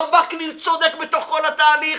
לא וקנין צודק בתוך כל התהליך,